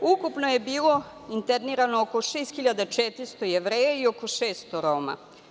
Ukupno je bilo internirano oko 6.400 Jevreja i oko 600 Roma.